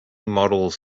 models